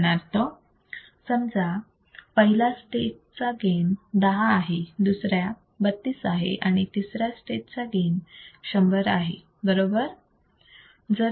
उदाहरणार्थ समजा पहिला स्टेज चा गेन 10 आहे दुसऱ्या 32 आहे आणि तिसऱ्या स्टेज चा गेन 100 आहे बरोबर